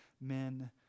men